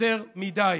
יותר מדי.